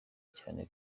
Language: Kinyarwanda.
cyane